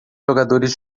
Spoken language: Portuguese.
jogadores